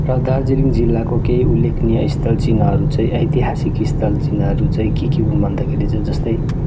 र दार्जिलिङ जिल्लाको केही उल्लेखनीय स्थल चिह्नहरू चाहिँ औतिहासिक स्थल चिह्नहरू चाहिँ के के हुन् भन्दाखेरि चाहिँ जस्तै